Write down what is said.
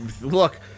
look